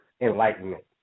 enlightenment